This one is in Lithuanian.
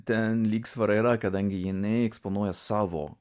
ten lygsvara yra kadangi jinai eksponuoja savo